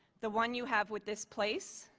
the one you have with this place,